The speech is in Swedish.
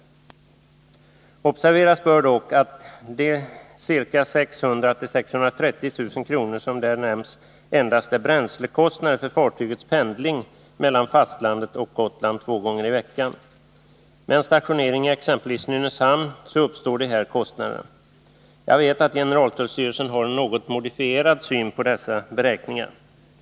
Observeras bör dock att de 600 000-630 000 kr. som där nämnts endast är bränslekostnader för fartygets pendling mellan fastlandet och Gotland två Nr 110 gånger i veckan. Med en stationering i exempelvis Nynäshamn uppstår dessa Torsdagen den kostnader. Jag vet att generaltullstyrelsen har en något modifierad syn på 2 april 1981 dessa beräkningar.